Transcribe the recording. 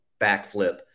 backflip